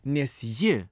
nes ji